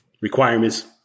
requirements